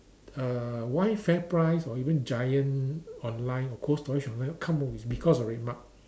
uh why FairPrice or even giant online or cold storage online come out with is because of RedMart